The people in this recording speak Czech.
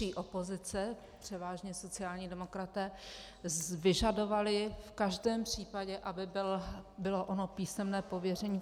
Tehdejší opozice, převážně sociální demokraté, vyžadovali v každém případě, aby bylo ono písemné pověření.